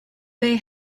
they